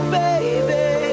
baby